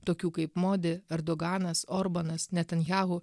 tokių kaip modi erdoganas orbanas netanyahu